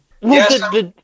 Yes